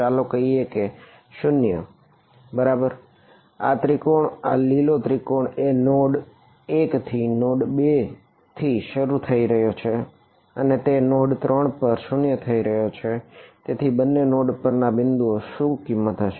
ચાલો કહીએ કે 0 બરાબર આ ત્રિકોણ આ લીલો ત્રિકોણ એ નોડ ના બિંદુઓ ઉપર શું કિંમત હશે